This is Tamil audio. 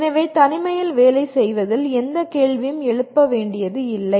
எனவே தனிமையில் வேலை செய்வதில் எந்த கேள்வியும் எழுப்பப்பட வேண்டியது இல்லை